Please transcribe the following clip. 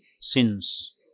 sins